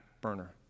burner